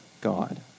God